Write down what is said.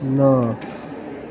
न